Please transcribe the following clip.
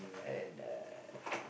and uh